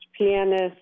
pianist